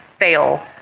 fail